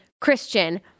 Christian